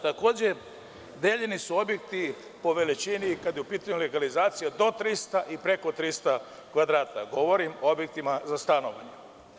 Takođe, deljeni su objekti po veličini kada je u pitanju legalizacija do 300 i preko 300 kvadrata, govorim o objektima za stanovanje.